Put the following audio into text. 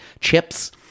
chips